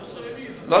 לא,